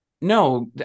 no